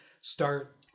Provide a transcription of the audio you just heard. start